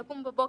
לקום בבוקר,